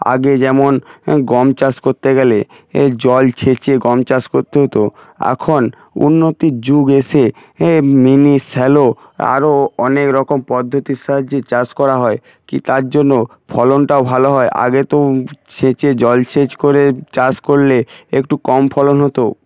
আগে যেমন গম চাষ করতে গেলে জল ছেঁচে গম চাষ করতে হতো এখন উন্নতির যুগ এসে এ মিনি স্যালো আরও অনেক রকম পদ্ধতির সাহায্যে চাষ করা হয় কি তার জন্য ফলনটাও ভালো হয় আগে তো ছেচে জল ছেচ করে চাষ করলে একটু কম ফলন হতো